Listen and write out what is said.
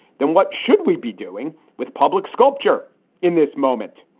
then what should we be doing with public sculpture in this moment?